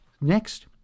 Next